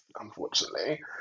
unfortunately